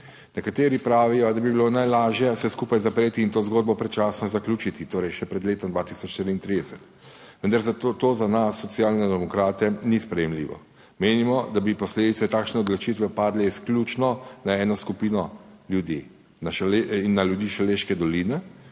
Nekateri pravijo, da bi bilo najlažje vse skupaj zapreti in to zgodbo predčasno zaključiti, torej še pred letom 2033, vendar to za nas Socialne demokrate ni sprejemljivo. Menimo, da bi posledice takšne odločitve padle izključno na eno skupino ljudi - na ljudi iz Šaleške doline,